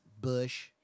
Bush